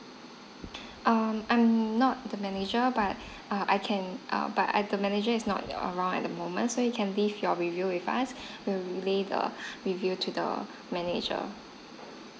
um I'm not the manager but err I can but our manager is not around at the moment so you can leave your review with us we will relay the review to the manager